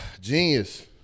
Genius